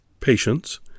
patience